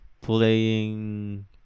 playing